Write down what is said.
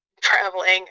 traveling